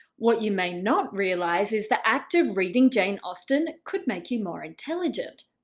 what you may not realise is the act of reading jane austen could make you more intelligent.